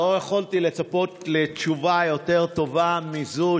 לא יכולתי לצפות לתשובה יותר טובה מזו,